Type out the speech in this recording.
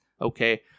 Okay